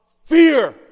fear